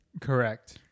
Correct